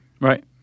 right